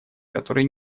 которые